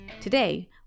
Today